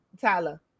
Tyler